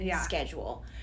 schedule